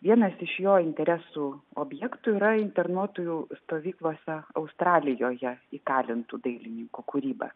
vienas iš jo interesų objektų yra internuotųjų stovyklose australijoje įkalintų dailininkų kūryba